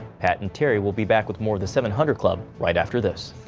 pat and terry will be back with more of the seven hundred club right after this.